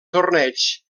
torneigs